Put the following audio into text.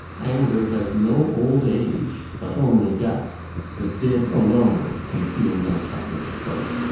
anger has no old age but only death the dead alone can feel no touch of spite.